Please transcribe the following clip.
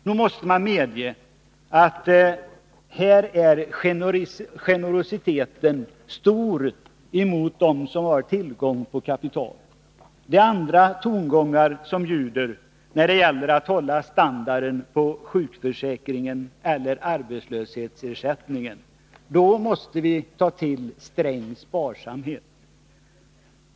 Nog måste man medge att här är generositeten stor mot dem som har tillgång till kapital! Det är andra tongångar som ljuder när det gäller att hålla standarden på sjukförsäkringen eller arbetslöshetsersättningen — då måste vi ta till sträng sparsamhet.